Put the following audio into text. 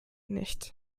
nicht